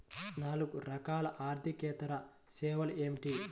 నాలుగు రకాల ఆర్థికేతర సేవలు ఏమిటీ?